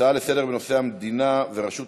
נעבור להצעה לסדר-היום בנושא: המדינה ורשות